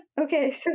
Okay